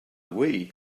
wii